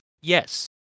yes